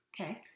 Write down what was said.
Okay